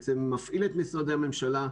מפעיל את משרדי הממשלה,